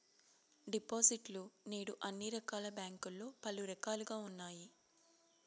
డిపాజిట్లు నేడు అన్ని రకాల బ్యాంకుల్లో పలు రకాలుగా ఉన్నాయి